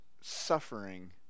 suffering